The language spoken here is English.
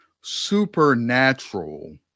supernatural